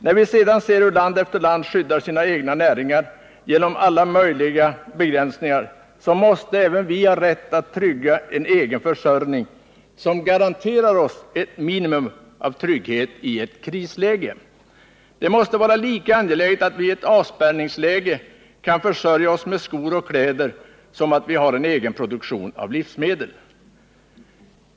När vi sedan ser hur land efter land skyddar sina egna näringar genom alla möjliga begränsningar, måste även vi ha rätt att trygga en egen försörjning, som garanterar oss ett minimum av trygghet i ett krisläge. Det måste vara lika angeläget att vi i ett avspärrningsläge kan försörja oss med skor och kläder som att vi har en egen produktion av livsmedel.